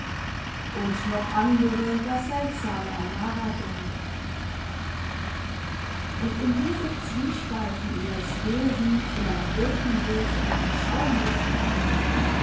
und noch andere gar seltsame amarabilder und in dieser zwiespaltung ihres wesens in ein wirkendes und ein schauendes teil